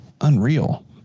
unreal